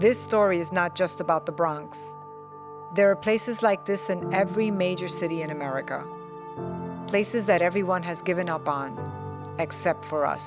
this story is not just about the bronx there are places like this and every major city in america places that everyone has given up on except for us